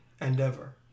Endeavor